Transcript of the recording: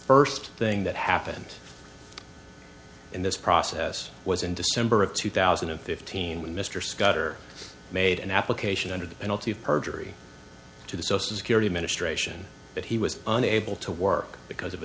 first thing that happened in this process was in december of two thousand and fifteen when mr scudder made an application under the penalty of perjury to the social security administration that he was unable to work because of a